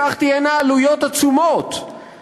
תהיינה לכך עלויות עצומות,